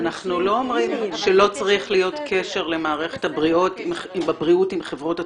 אנחנו לא אומרים שלא צריך להיות קשר למערכת הבריאות עם חברות התרופות,